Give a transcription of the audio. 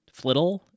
flittle